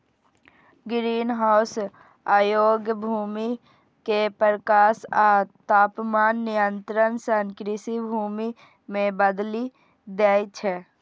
greenhouse अयोग्य भूमि कें प्रकाश आ तापमान नियंत्रण सं कृषि भूमि मे बदलि दै छै